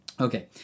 Okay